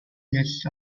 years